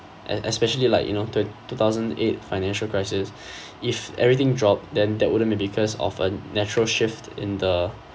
es~ especially like you know twen~ two thousand eight financial crisis if everything dropped then that would maybe because of a natural shift in the